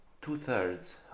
two-thirds